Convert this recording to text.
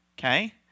Okay